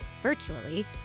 virtually